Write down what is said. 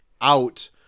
out